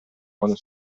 quando